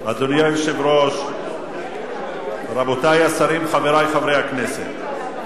אדוני היושב-ראש, רבותי השרים, חברי חברי הכנסת,